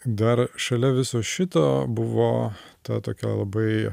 dar šalia viso šito buvo ta tokia labai